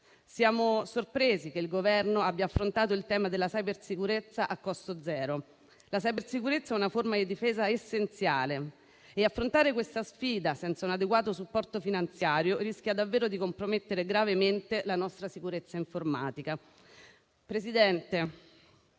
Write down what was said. Siamo sorpresi che il Governo abbia affrontato il tema della cybersicurezza a costo zero. La cybersicurezza è una forma di difesa essenziale. Affrontare questa sfida senza un adeguato supporto finanziario rischia davvero di compromettere gravemente la nostra sicurezza informatica. Signor Presidente,